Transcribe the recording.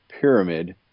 pyramid